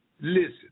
Listen